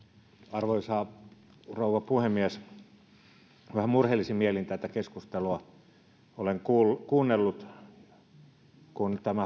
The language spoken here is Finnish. arvoisa rouva puhemies vähän murheellisin mielin tätä keskustelua olen kuunnellut kun